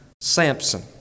Samson